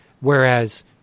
whereas